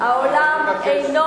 כבר היא מסיימת, רבותי, תיכף.